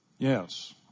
Yes